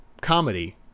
comedy